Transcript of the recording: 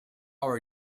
are